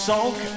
Sulk